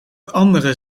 anderen